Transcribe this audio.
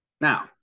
Now